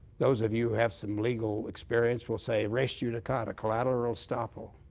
those of you have some legal experience will say, res judicata, collateral estoppel.